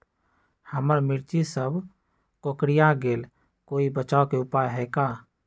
हमर मिर्ची सब कोकररिया गेल कोई बचाव के उपाय है का?